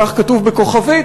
כך כתוב בכוכבית,